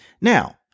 Now